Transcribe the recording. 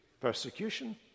persecution